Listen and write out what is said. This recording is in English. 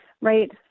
Right